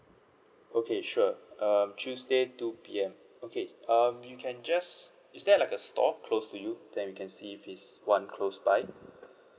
okay sure um tuesday two P_M okay um you can just is there like a store close to you then you can see if is one close by